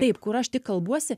taip kur aš tik kalbuosi